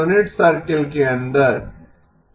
unit circle के अंदर